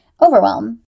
overwhelm